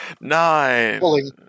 Nine